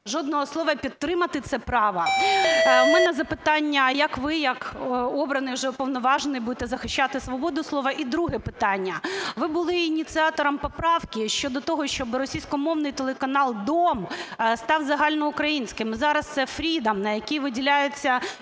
жодного слова підтримати це право. В мене запитання. Як ви як обраний уже Уповноважений будете захищати свободу слова? І друге питання. Ви були ініціатором поправки щодо того, щоб російськомовний телеканал "Дом" став загальноукраїнським. Зараз це "FREEДОМ", на який виділяються